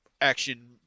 action